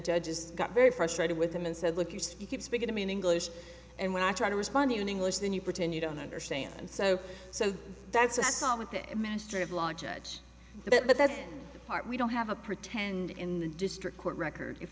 judge is very frustrated with him and said look you see you keep speaking to me in english and when i try to respond in english then you pretend you don't understand so so that's assault with the ministry of law judge but that's the part we don't have a pretend in the district court record if